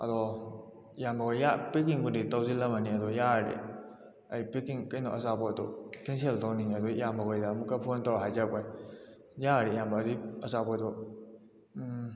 ꯑꯗꯣ ꯏꯌꯥꯝꯕ ꯍꯣꯏ ꯄꯦꯛꯀꯤꯡꯕꯨꯗꯤ ꯇꯧꯁꯤꯜꯂꯝꯃꯅꯤ ꯑꯗꯣ ꯌꯥꯔꯒꯗꯤ ꯑꯩ ꯄꯦꯀꯤꯡ ꯀꯩꯅꯣ ꯑꯆꯥꯄꯣꯠꯇꯣ ꯀꯦꯟꯁꯦꯜ ꯇꯧꯍꯟꯅꯤꯡꯉꯕꯒꯤ ꯏꯌꯥꯝꯕꯈꯣꯏꯗ ꯑꯃꯨꯛꯀ ꯐꯣꯟ ꯇꯧꯔꯒ ꯍꯥꯏꯖꯔꯛꯄꯅꯤ ꯌꯥꯔꯒꯗꯤ ꯏꯌꯥꯝꯕ ꯑꯗꯨꯒꯤ ꯑꯆꯥꯄꯣꯠꯇꯣ